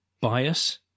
bias